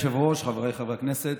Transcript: אדוני היושב-ראש, חבריי חברי הכנסת,